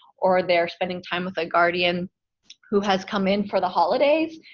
or they're spending time with a guardian who has come in for the holidays.